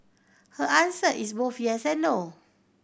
her answer is both yes and no